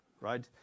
right